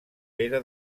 pere